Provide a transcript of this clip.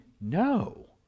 no